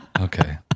Okay